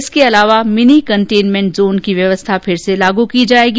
इसके अलावा भिनी कंटेंनमेंट जोन की व्यवस्था फिर से लागू होगी